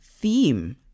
theme